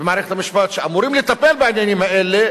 במערכת המשפט שאמורים לטפל בעניינים האלה